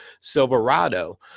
Silverado